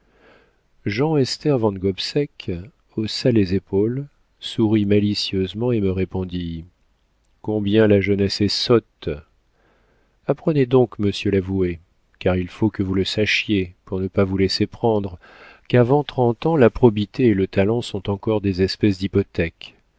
affaire jean esther van gobseck haussa les épaules sourit malicieusement et me répondit combien la jeunesse est sotte apprenez donc monsieur l'avoué car il faut que vous le sachiez pour ne pas vous laisser prendre qu'avant trente ans la probité et le talent sont encore des espèces d'hypothèques